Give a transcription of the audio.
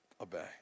obey